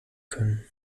können